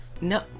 No